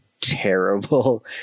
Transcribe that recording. terrible